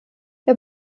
wir